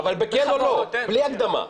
אבל בכן או לא, בלי הקדמה.